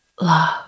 love